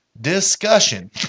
discussion